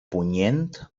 punyent